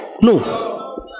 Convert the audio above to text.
no